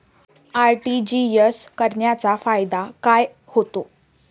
RTGS करण्याचा फायदा काय होतो?